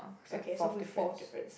okay so we have four of difference